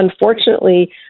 unfortunately